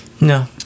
No